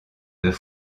deux